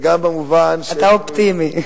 אתה אופטימי.